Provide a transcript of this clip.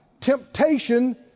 Temptation